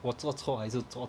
我做错还是做